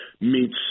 meets